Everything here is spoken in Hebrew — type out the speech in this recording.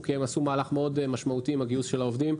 כי הם עשו מהלך מאוד משמעותי עם הגיוס של העובדים.